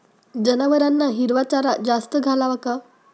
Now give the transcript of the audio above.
जनावरांना हिरवा चारा जास्त घालावा का?